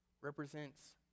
represents